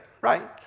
right